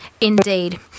indeed